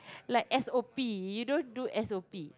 like S_O_P you don't do S_O_P